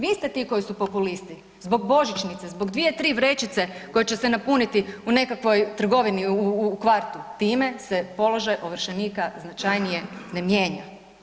Vi ste ti koji su populisti, zbog božičnice, zbog 2,3 vrećice koje će se napuniti u nekakvoj trgovinu u kvartu, time se položaj ovršenika značajnije ne mijenja.